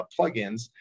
plugins